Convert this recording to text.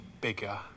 bigger